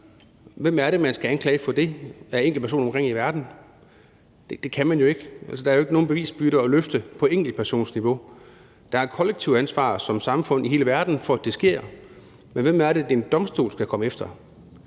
verden, man skal anklage for det? Det kan man jo ikke. Altså, der er jo ikke nogen bevisbyrde at løfte på enkeltpersonsniveau. Der er et kollektivt ansvar som samfund i hele verden for, at det sker – men hvem er det, en domstol skal komme efter?